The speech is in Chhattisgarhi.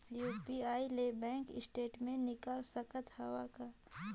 यू.पी.आई ले बैंक स्टेटमेंट निकाल सकत हवं का?